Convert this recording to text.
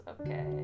Okay